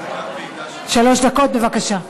שלוש דקות, בבקשה.